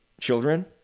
Children